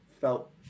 Felt